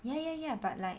ya ya ya but like